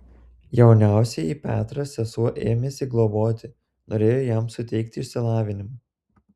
jauniausiąjį petrą sesuo ėmėsi globoti norėjo jam suteikti išsilavinimą